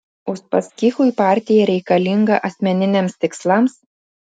uspaskichui partija reikalinga asmeniniams tikslams